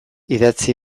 idatzi